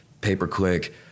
pay-per-click